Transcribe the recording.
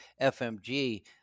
fmg